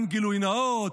עם גילוי נאות,